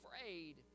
afraid